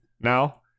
now